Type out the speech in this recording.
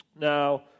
Now